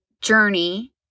journey